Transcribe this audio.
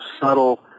subtle